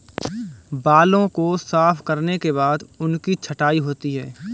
बालों को साफ करने के बाद उनकी छँटाई होती है